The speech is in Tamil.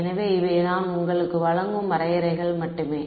எனவே இவை நான் உங்களுக்கு வழங்கும் வரையறைகள் மட்டுமே